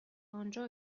آنجا